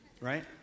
right